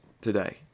today